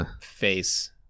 face